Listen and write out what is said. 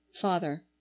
father